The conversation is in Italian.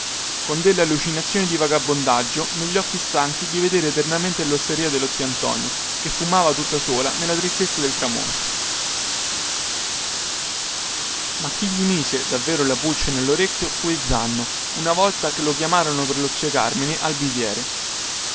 con delle allucinazioni di vagabondaggio negli occhi stanchi di vedere eternamente losteria dello zio antonio che fumava tutta sola nella tristezza del tramonto ma chi gli mise davvero la pulce nellorecchio fu il zanno una volta che lo chiamarono per lo zio carmine al biviere